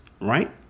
right